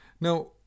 Now